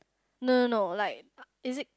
no no no like is it